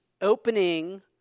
opening